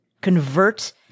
convert